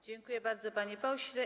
Dziękuję bardzo, panie pośle.